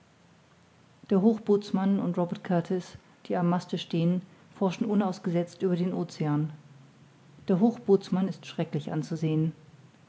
der hochbootsmann und robert kurtis die am maste stehen forschen unausgesetzt über den ocean der hochbootsmann ist schrecklich anzusehen